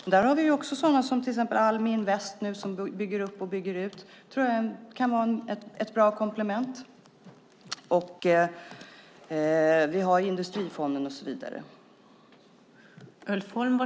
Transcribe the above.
Exempelvis har vi Almi Invest som nu bygger upp och ut. Det tror jag kan vara ett bra komplement. Vidare har vi bland annat Industrifonden.